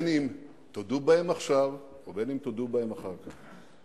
אם תודו בהן עכשיו ואם תודו בהן אחר כך.